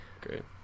Great